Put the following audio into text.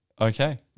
Okay